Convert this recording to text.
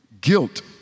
guilt